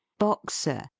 boxer,